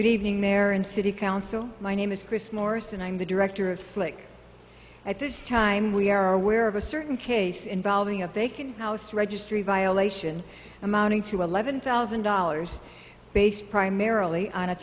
good evening there in city council my name is chris morris and i'm the director of slick at this time we are aware of a certain case involving a vacant house registry violation amounting to eleven thousand dollars based primarily on a